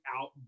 out